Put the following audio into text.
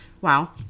Wow